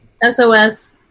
SOS